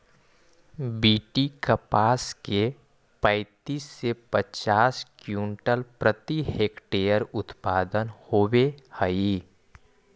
BT कपास के पैंतीस से पचास क्विंटल प्रति हेक्टेयर उत्पादन होवे हई